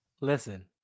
Listen